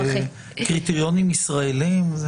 בקריטריונים ישראליים.